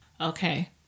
Okay